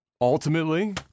ultimately